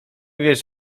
wiesz